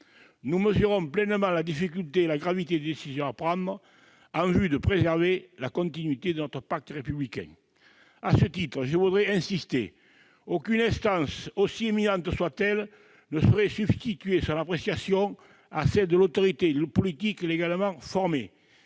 Nous mesurons pleinement la difficulté et la gravité des décisions à prendre en vue de préserver la continuité de notre pacte républicain. À ce titre, je voudrais insister sur un point : aucune instance, si éminente soit-elle, ne saurait substituer son appréciation à celle de l'autorité politique légalement formée.